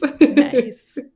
Nice